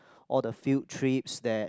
all the field trips that